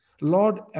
Lord